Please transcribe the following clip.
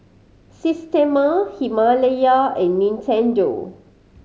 Systema Himalaya and Nintendo